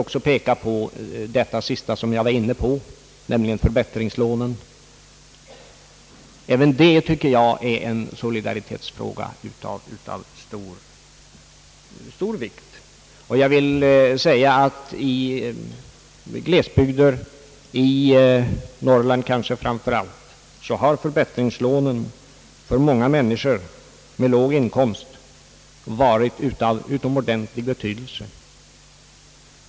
Jag vill peka på det sista jag var inne på, nämligen förbättringslånen. Även detta tycker jag är en solidaritetsfråga av stor vikt. I glesbygder, kanske framför allt i Norrland, har förbättringslånen för många människor med låg inkomst varit av utomordentlig betydelse.